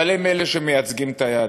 אבל, הם אלה שמייצגים את היהדות.